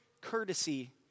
courtesy